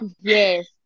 yes